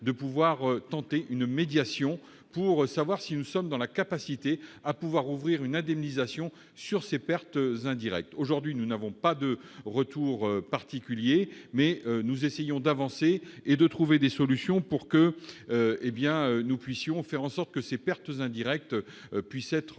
de tenter une médiation pour savoir si nous sommes en mesure d'ouvrir une indemnisation sur ces pertes indirectes. Aujourd'hui, nous n'avons pas de retour particulier, mais nous essayons d'avancer et de trouver des solutions pour faire en sorte que ces pertes indirectes puissent être